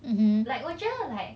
like 我觉得 like